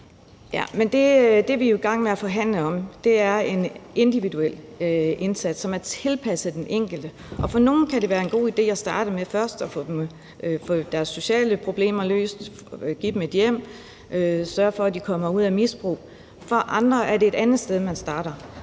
Det, vi jo er i gang med at forhandle om, er en individuel indsats, som er tilpasset den enkelte, og for nogle kan det være en god idé at starte med først at få de sociale problemer løst og få et hjem og komme ud af misbruget, mens det for andre er et andet sted, de skal starte.